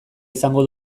izango